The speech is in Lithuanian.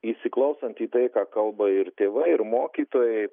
įsiklausant į tai ką kalba ir tėvai ir mokytojai